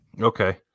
Okay